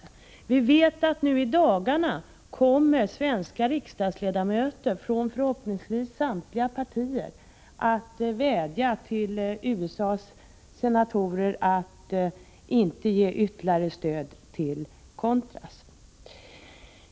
Vi vet att svenska riksdagsledamöter från förhoppningsvis samtliga partier nu i dagarna kommer att vädja till USA:s senatorer att inte ge ytterligare stöd till contras.